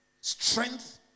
strength